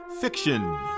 fiction